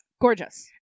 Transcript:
gorgeous